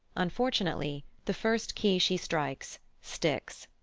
unfortunately the first key she strikes sticks.